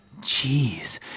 Jeez